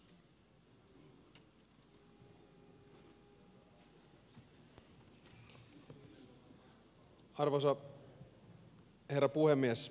arvoisa herra puhemies